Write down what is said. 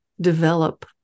develop